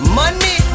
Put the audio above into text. money